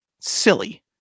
Silly